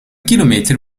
kilometer